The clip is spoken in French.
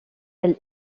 elle